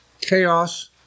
Chaos